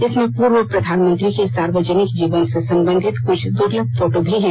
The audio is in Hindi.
इसमें पूर्व प्रधानमंत्री के सार्वजनिक जीवन से संबंधित कुछ दुर्लभ फोटो भी हैं